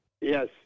Yes